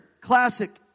classic